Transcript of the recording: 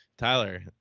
Tyler